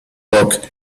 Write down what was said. rock